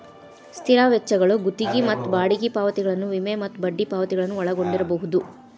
ಸ್ಥಿರ ವೆಚ್ಚಗಳು ಗುತ್ತಿಗಿ ಮತ್ತ ಬಾಡಿಗಿ ಪಾವತಿಗಳನ್ನ ವಿಮೆ ಮತ್ತ ಬಡ್ಡಿ ಪಾವತಿಗಳನ್ನ ಒಳಗೊಂಡಿರ್ಬಹುದು